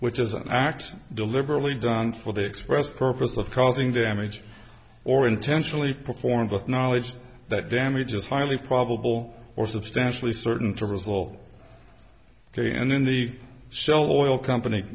which is an accident deliberately done for the express purpose of causing damage or intentionally performed with knowledge that damage is highly probable or substantially certain to result ok and then the shell oil company